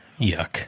Yuck